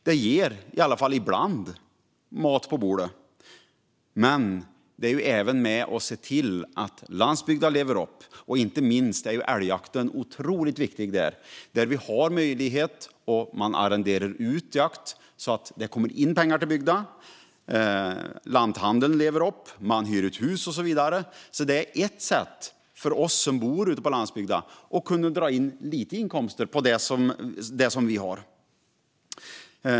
Den ger i alla fall ibland mat på bordet. Men den är även med och ser till att landsbygden lever upp. Inte minst är älgjakten otroligt viktig. Man arrenderar ut jakt, så att det kommer in pengar till bygden. Lanthandeln lever upp, man hyr ut hus och så vidare. Det är ett sätt för oss som bor ute på landsbygden att dra in lite inkomster från det som vi har.